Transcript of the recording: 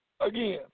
Again